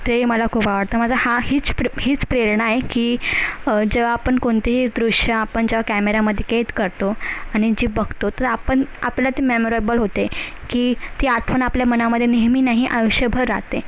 ते मला खूप आवडतं माझं हा हीच हीच प्रेरणा आहे की जेव्हा आपण कोणतेही दृश्य आपण जेव्हा कॅमेऱ्यामध्ये कैद करतो आणि जे बघतो तर आपण आपलं ते मेमोरेबल होते की ती आठवण आपल्या मनामध्ये नेहमी नाही आयुष्यभर राहते